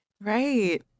Right